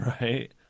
right